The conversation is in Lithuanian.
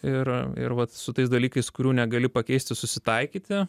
ir ir vat su tais dalykais kurių negali pakeisti susitaikyti